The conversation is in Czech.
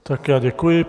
Tak já děkuji.